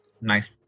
nice